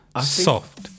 Soft